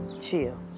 Chill